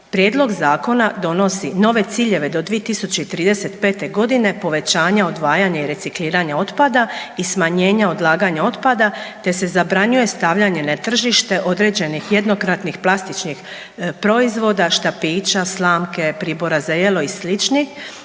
Prijedlog zakona donosi nove ciljeve do 2035. godine povećanja, odvajanja i recikliranja otpada i smanjenja odlaganja otpada te se zabranjuje stavljanje na tržište određenih jednokratnih plastičnih proizvoda štapića, slamke, pribora za jelo i